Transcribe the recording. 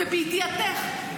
ובידיעתך,